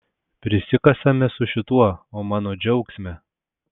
prisikasame su šituo o mano džiaugsme